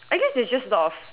I guess there's just a lot of